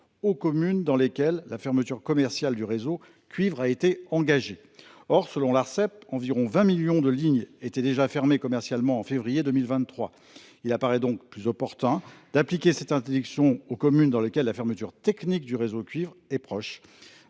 aux communes dans lesquelles la fermeture commerciale du réseau cuivre a été engagée. Or, selon l'Arcep, environ 20 millions de lignes étaient déjà fermées commercialement en février 2023. Il apparaît donc plus opportun d'appliquer cette interdiction aux communes dans lesquelles la fermeture technique du réseau cuivre est proche.